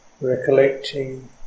recollecting